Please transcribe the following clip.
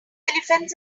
elephants